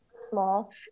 small